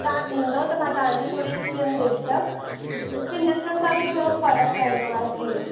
तव्हां ईंदो त मां तव्हांजी थोरी स्किन ॾिसंदमि स्किन ॾिसण सां बि थोरो फ़र्क़ु पवंदो आहे जी